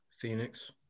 Phoenix